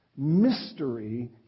Mystery